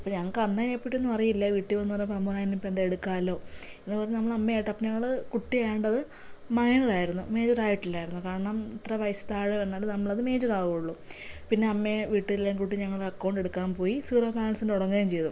പിന്ന ഞങ്ങൾക്ക് അന്ന് അതിനെപ്പറ്റി ഒന്നും അറിയില്ല വീട്ടിൽ വന്ന് പറഞ്ഞപ്പോൾ അമ്മ പറഞ്ഞു അതിനിപ്പം എന്താ എടുക്കാലോ എന്ന് പറഞ്ഞ് നമ്മൾ അമ്മയുമായിട്ടപ്പം ഞങ്ങൾ കുട്ടിയായതു കൊണ്ടത് മൈനറായിരുന്നു മേജറായിട്ടില്ലായിരുന്നു കാരണം ഇത്ര വയസ്സിൽ താഴെ വന്നാലേ നമ്മളത് മേജറാകുവൊള്ളൂ പിന്നെ അമ്മേ വീട്ടിലെല്ലാം കൂട്ടി ഞങ്ങൾ അക്കൗണ്ട് എടുക്കാൻ പോയി സീറോ ബാലൻസിൽ തുടങ്ങുകയും ചെയ്തു